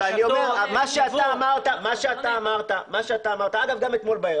מה שאתה אמרת, ואגב גם אתמול בערב.